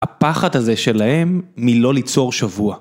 הפחד הזה שלהם מלא ליצור שבוע.